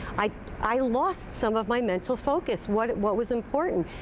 i i lost some of my mental focus, what what was important.